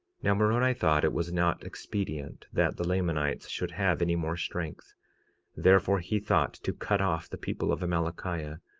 now moroni thought it was not expedient that the lamanites should have any more strength therefore he thought to cut off the people of amalickiah,